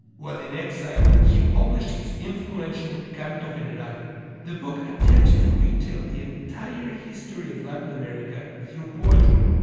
while in exile, he published his influential canto general. the book attempts to retell the entire history of latin america through poetry,